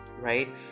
right